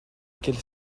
quels